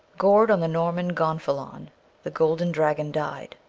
gored on the norman gonfalon the golden dragon died,